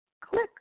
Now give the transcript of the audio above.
click